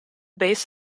base